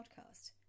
podcast